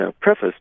preface